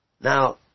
Now